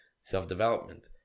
self-development